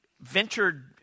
ventured